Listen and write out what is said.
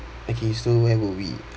okay so where were we